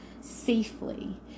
safely